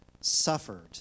suffered